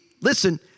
listen